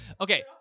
Okay